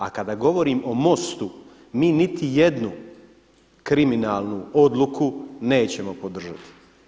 A kada govorim o Mostu mi niti jednu kriminalnu odluku nećemo podržati.